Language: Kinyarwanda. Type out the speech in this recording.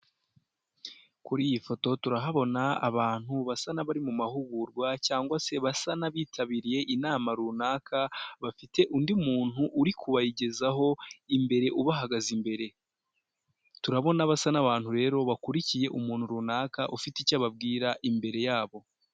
Kuri iyi foto turahabona abantu basa n'abari mu mahugurwa cyangwa se basa n'abitabiriye inama runaka, bafite undi muntu uri kubagezaho imbere, ubahagaze imbere. Turabona basa n'abantu rero bakurikiye umuntu runaka ufite icyo ababwira, imbere yabo.